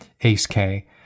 ACE-K